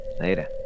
Later